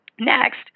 Next